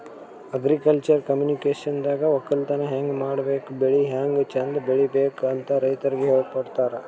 agriculture ಕಮ್ಯುನಿಕೇಷನ್ದಾಗ ವಕ್ಕಲತನ್ ಹೆಂಗ್ ಮಾಡ್ಬೇಕ್ ಬೆಳಿ ಹ್ಯಾಂಗ್ ಚಂದ್ ಬೆಳಿಬೇಕ್ ಅಂತ್ ರೈತರಿಗ್ ಹೇಳ್ಕೊಡ್ತಾರ್